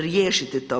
Riješite to.